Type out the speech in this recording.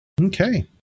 Okay